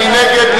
מי נגד?